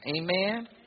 amen